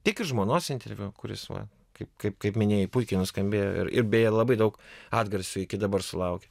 tiek ir žmonos interviu kuris va kaip kaip kaip minėjai puikiai nuskambėjo ir ir beje labai daug atgarsių iki dabar sulaukiu